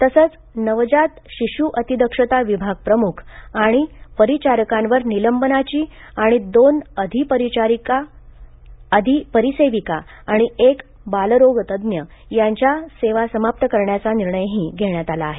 तसेच नवजात शिशु अतिदक्षता विभाग प्रमुख आणि परिचारिकांवर निलंबनाची आणि दोन अधिपरिसेविका आणि एक बालरोगतज्ज्ञ यांच्या सेवा समाप्त करण्याचा निर्णयही घेण्यात आला आहे